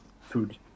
food